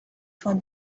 for